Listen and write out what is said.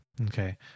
Okay